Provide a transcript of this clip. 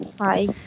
Hi